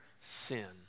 sin